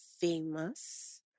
famous